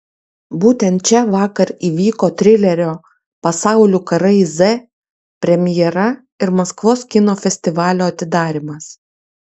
būtent čia vakar įvyko trilerio pasaulių karai z premjera ir maskvos kino festivalio atidarymas